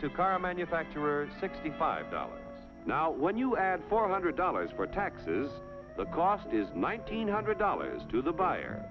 to car manufacturers sixty five dollars now when you add four hundred dollars for taxes the cost is nine hundred layers to the buyer